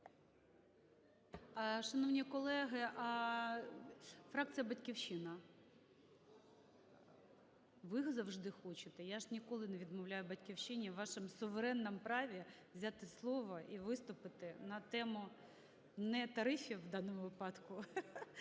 Шановні колеги, фракція "Батьківщина", ви завжди хочете, я ж ніколи не відмовляю "Батьківщині" у вашому суверенному праві взяти слово і виступити на тему не тарифів у даному випадку, а Закону